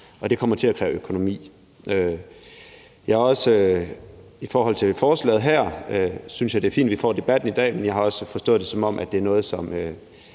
og det kommer til at kræve økonomi. I forhold til forslaget her synes jeg, det er fint, at vi får debatten i dag, men jeg har også forstået det, som om det er noget, der